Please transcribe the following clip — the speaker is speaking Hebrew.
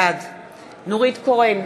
בעד נורית קורן,